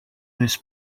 this